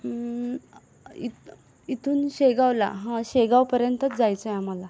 इथ इथून शेगावला हां शेगावपर्यंतच जायचंय आम्हाला